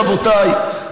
רבותיי,